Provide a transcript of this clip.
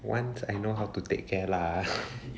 once I know how to take care lah